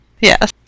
yes